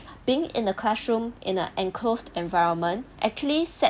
being in the classroom in a enclosed environment actually set